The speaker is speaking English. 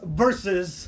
versus